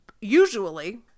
usually